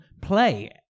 Play